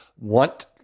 want